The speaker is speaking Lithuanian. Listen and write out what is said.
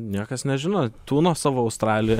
niekas nežino tūno savo australijoje